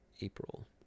April